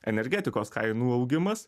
energetikos kainų augimas